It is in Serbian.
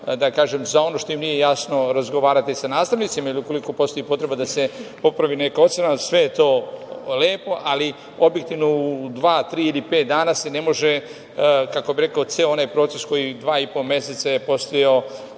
mogli za ono što im nije jasno razgovarati sa nastavnicima ili ukoliko postoji potreba da se popravi neka ocena, sve je to lepo, ali objektivno u dva, tri ili pet dana se ne može, kako bih rekao, ceo onaj proces koji dva i po meseca je postojao